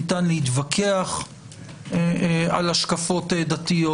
ניתן להתווכח על השקפות דתיות.